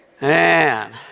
Man